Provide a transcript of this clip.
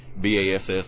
BASS